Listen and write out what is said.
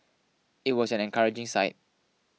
it was an encouraging sight